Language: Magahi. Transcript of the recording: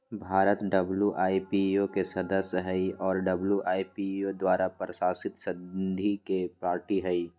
भारत डब्ल्यू.आई.पी.ओ के सदस्य हइ और डब्ल्यू.आई.पी.ओ द्वारा प्रशासित संधि के पार्टी हइ